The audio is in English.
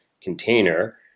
container